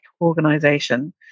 organization